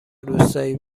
روستایی